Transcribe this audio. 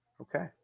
Okay